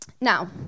now